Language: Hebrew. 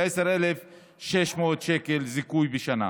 ל-10,600 שקל זיכוי בשנה.